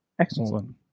Excellent